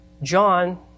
john